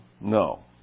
No